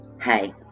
Hey